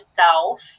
self